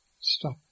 stop